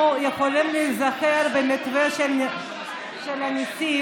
אנחנו יכולים להיזכר במתווה של המיסים,